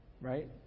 Right